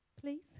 please